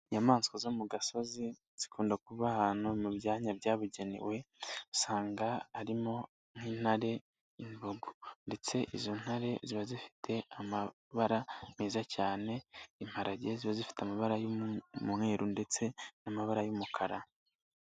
Inyamaswa zo mu gasozi zikunda kuba ahantu mu byanya byabugenewe, usanga harimo nk'intare intogo. Ndetse izo ntare ziba zifite amabara meza cyane, imparage ziba zifite amabara y'umweruru ndetse n'amabara y'umukara.